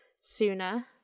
sooner